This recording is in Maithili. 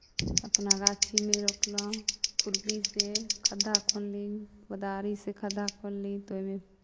अपना गाछीमे रोपलहुँ खुरपीसँ खद्धा खुनली कोदारिसँ खद्धा खुनली तऽ ओहिमे